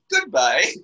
goodbye